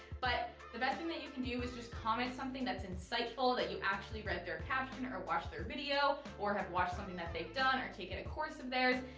but the best thing that you can do is just comment something that's insightful, that you actually read their caption or watched their video or have watched something that they've done or taken a course of theirs.